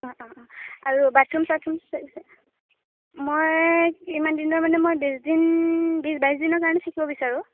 অঁ অঁ অঁ আৰু বাথৰূম চাথৰূম মই কিমান দিনৰ মানে মই বিছ দিন বি বাইছ দিনৰ কাৰণে থাকিব বিচাৰোঁ